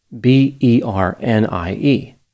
B-E-R-N-I-E